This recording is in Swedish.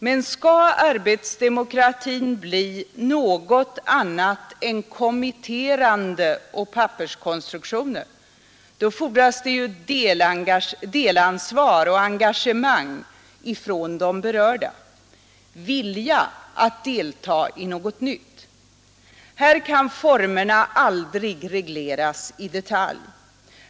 Men skall arbetsdemokratin bli något annat än kommitterande och papperskonstruktioner fordras delansvar och engagemang från de berörda, vilja att delta i något nytt. Här kan formerna aldrig regleras i detalj.